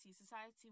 society